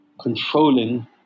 controlling